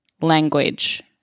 language